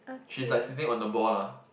she's like sitting on the ball lah